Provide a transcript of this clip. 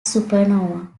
supernova